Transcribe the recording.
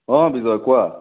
অঁ বিজয় কোৱা